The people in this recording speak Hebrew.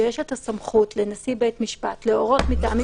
שיש את הסמכות לנשיא בית משפט להורות מטעמים